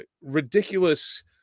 ridiculous